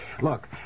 look